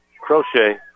Crochet